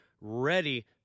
ready